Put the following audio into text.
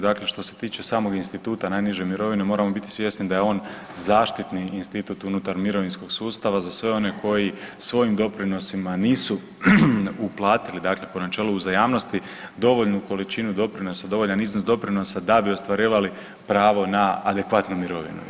Dakle, što se tiče samog instituta najniže mirovine moramo biti svjesni da je on zaštitni unutar mirovinskog sustava za sve one koji svojim doprinosima nisu uplatili dakle po načelu uzajamnosti dovoljnu količinu doprinosa, dovoljan iznos doprinosa da bi ostvarivali pravo na adekvatnu mirovinu.